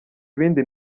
ibindi